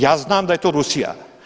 Ja znam da je to Rusija.